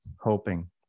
hoping